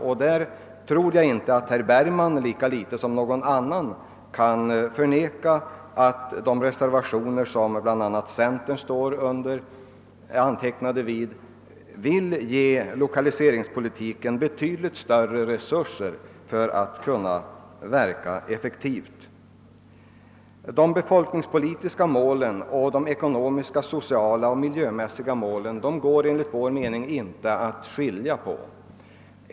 Och herr Bergman kan lika litet som någon annan förneka att ett bifall till de reservationer, som bl.a. centerpartiets ledamöter i utskottet undertecknat, ger lokaliseringspolitiken betydligt större resurser och bättre förutsättningar att bli effektiv. Det går enligt vår mening inte att skilja mellan å ena sidan de befolkningspolitiska målen och å andra sidan de ekonomiska, sociala och miljömässiga målen.